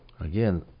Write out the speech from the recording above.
Again